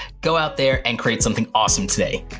go out there and create something awesome today,